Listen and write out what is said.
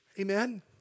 Amen